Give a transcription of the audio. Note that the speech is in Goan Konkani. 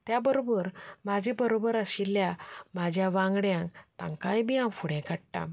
त्याबरोबर म्हाज्या बरोबर आशिल्ल्या म्हाज्या वांगड्यांक तांकांय बी हांव फुडें काडटा